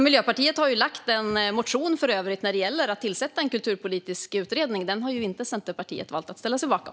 Miljöpartiet har för övrigt lagt fram en motion när det gäller att tillsätta en kulturpolitisk utredning. Den har Centerpartiet inte valt att ställa sig bakom.